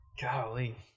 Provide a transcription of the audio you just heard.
Golly